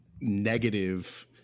negative